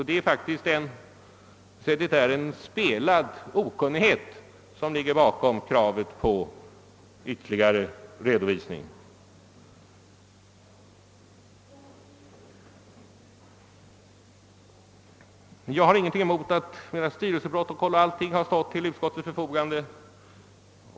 Det är faktiskt en spelad okunnighet som ligger bakom kravet på ytterligare redovisning. Styrelseprotokoll och allt annat material har stått till utskottets förfogande.